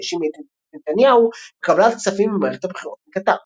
האשימה את נתניהו בקבלת כספים למערכת הבחירות מקטר.